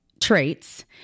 traits